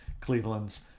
Cleveland's